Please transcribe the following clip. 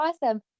awesome